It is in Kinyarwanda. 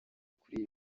kuri